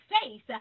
face